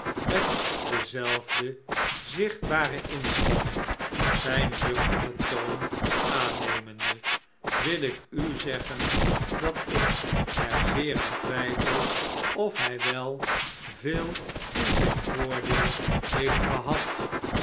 met dezelfde zichtbare inspanning zijn luchtigen toon aannemende wil ik u zeggen dat ik er zeer aan twijfel of hij wel veel in zijn voordeel heeft gehad